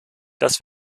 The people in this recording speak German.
das